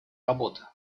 работы